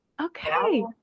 okay